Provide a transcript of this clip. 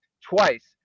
twice